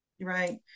Right